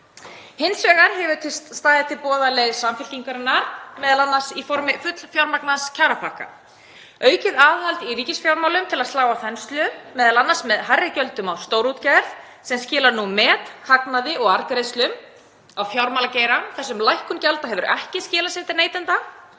Hins vegar hefur staðið til boða leið Samfylkingarinnar, m.a. í formi fullfjármagnaðs kjarapakka, aukins aðhalds í ríkisfjármálum til að slá á þenslu, m.a. með hærri gjöldum á stórútgerð sem skilar nú methagnaði og arðgreiðslum, á fjármálageirann þar sem lækkun gjalda hefur ekki skilað sér til neytenda